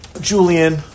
Julian